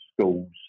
schools